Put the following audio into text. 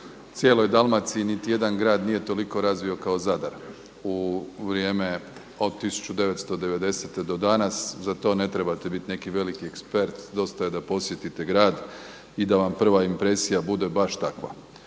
cijeloj Dalmaciji niti jedan grad nije toliko razvio kao Zadar u vrijeme od 1990. do danas. Za to ne trebate biti neki veliki ekspert. Dosta je da posjetite grad i da vam prva impresija bude baš takva.